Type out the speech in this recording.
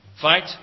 fight